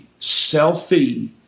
selfie